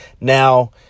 now